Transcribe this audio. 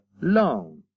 Long